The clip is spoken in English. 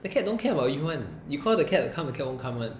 the cat don't care about you [one] you call the cat to come the cat won't come [one]